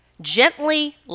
gently